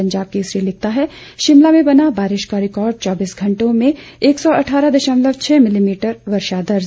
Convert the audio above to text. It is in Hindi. पंजाब केसरी लिखता है शिमला में बना बारिश का रिकार्ड चौबीस घंटों में एक सौ अठारह दशमलव छह मिलीमीटर वर्षा दर्ज